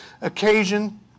occasion